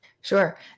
Sure